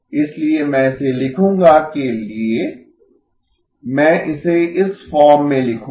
इसलिए मैं इसे लिखूंगा के लिए मैं इसे इस फॉर्म में लिखूंगा